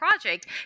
project